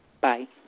Bye